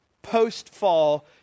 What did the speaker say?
post-fall